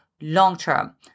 long-term